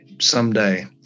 someday